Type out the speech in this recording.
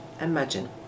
imagine